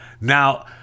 Now